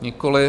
Nikoliv.